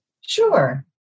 Sure